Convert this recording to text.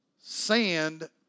sand